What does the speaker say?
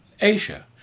Asia